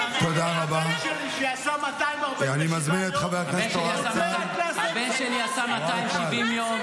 הבן שלי, שעשה 247 יום -- הבן שלי עשה 270 יום.